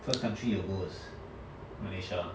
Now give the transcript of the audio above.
first country you goes malaysia ah